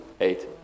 eight